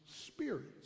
spirits